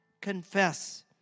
Confess